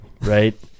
right